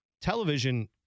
Television